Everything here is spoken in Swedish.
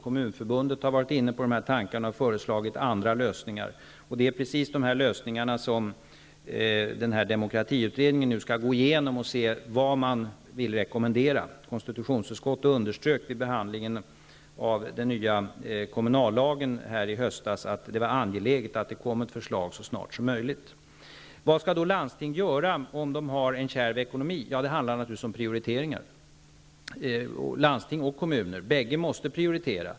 Kommunförbundet har också varit inne på dessa tankar och föreslagit andra lösningar. Det är dessa förslag till lösningar som demokratiutredningen nu skall gå igenom för att se vad man vill rekommendera. Konstitutionsutskottet underströk i höstas vid behandlingen av förslaget till ny kommunallag att det var angeläget att det kom ett förslag så snart som möjligt. Vad skall då landsting göra om de har en kärv ekonomi.? Det handlar naturligtvis om prioriteringar. Både landsting och kommuner måste prioritera.